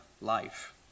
life